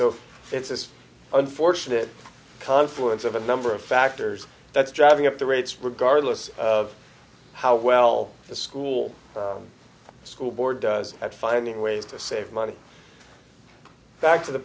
so it's this unfortunate confluence of a number of factors that's driving up the rates regardless of how well the school school board does at finding ways to save money back to the